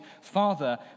father